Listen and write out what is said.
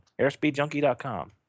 Airspeedjunkie.com